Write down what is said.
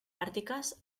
àrtiques